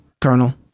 Colonel